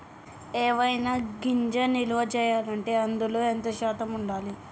ఏవైనా గింజలు నిల్వ చేయాలంటే అందులో ఎంత శాతం ఉండాలి?